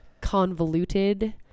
convoluted